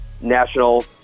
National